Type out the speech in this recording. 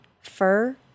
fur